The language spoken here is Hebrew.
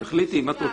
תחליטי אם את רוצה.